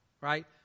Right